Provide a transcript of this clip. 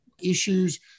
issues